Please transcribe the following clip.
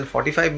45